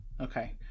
Okay